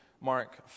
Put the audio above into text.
Mark